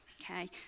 Okay